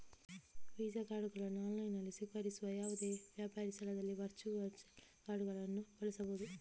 visa ಕಾರ್ಡುಗಳನ್ನು ಆನ್ಲೈನಿನಲ್ಲಿ ಸ್ವೀಕರಿಸುವ ಯಾವುದೇ ವ್ಯಾಪಾರಿ ಸ್ಥಳದಲ್ಲಿ ವರ್ಚುವಲ್ ಕಾರ್ಡುಗಳನ್ನು ಬಳಸಬಹುದು